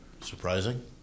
Surprising